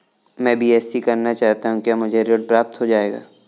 मैं बीएससी करना चाहता हूँ क्या मुझे ऋण प्राप्त हो जाएगा?